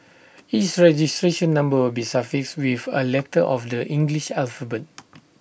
each registration number will be suffixed with A letter of the English alphabet